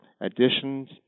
additions